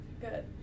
good